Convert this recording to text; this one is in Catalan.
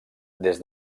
des